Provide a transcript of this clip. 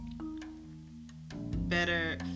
better